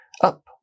up